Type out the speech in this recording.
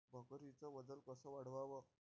बकरीचं वजन कस वाढवाव?